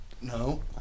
No